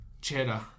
Cheddar